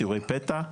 סיורי פתע,